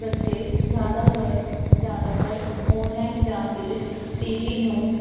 ਬੱਚੇ ਜ਼ਿਆਦਾਤਰ ਜ਼ਿਆਦਾਤਰ ਔਨਲਾਈਨ ਜਾਂ ਫਿਰ ਟੀ ਵੀ ਨੂੰ